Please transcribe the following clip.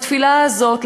והתפילה הזאת,